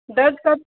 दर्द कब